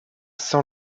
sans